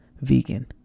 vegan